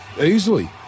easily